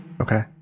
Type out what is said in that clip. Okay